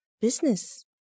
business